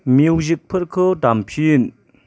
music फोरखौ दामफिन